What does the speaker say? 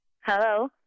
Hello